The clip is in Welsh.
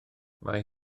mae